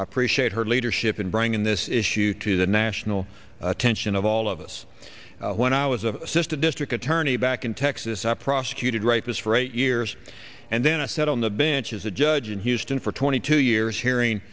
appreciate her leadership in bringing this issue to the national attention of all of us when i was assistant district attorney back in texas i prosecuted write this for eight years and then i sat on the bench as a judge in houston for twenty two years hearing